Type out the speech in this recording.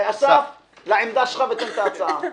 אסף, לעמדה שלך ותן את ההצעה.